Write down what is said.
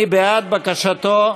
מי בעד בקשתו?